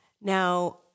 Now